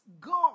God